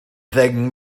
ddeng